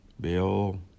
Bill